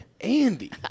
Andy